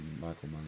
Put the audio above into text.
Michael